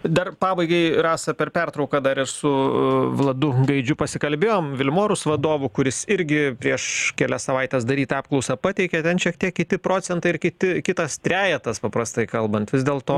dar pabaigai rasa per pertrauką dar ir su vladu gaidžiu pasikalbėjom vilmorus vadovu kuris irgi prieš kelias savaites darytą apklausą pateikė ten šiek tiek kiti procentai ir kiti kitas trejetas paprastai kalbant vis dėlto